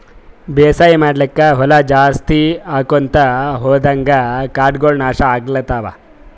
ಬೇಸಾಯ್ ಮಾಡ್ಲಾಕ್ಕ್ ಹೊಲಾ ಜಾಸ್ತಿ ಆಕೊಂತ್ ಹೊದಂಗ್ ಕಾಡಗೋಳ್ ನಾಶ್ ಆಗ್ಲತವ್